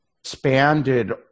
expanded